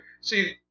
See